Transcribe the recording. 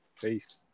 Peace